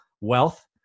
wealth